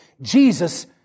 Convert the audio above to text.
Jesus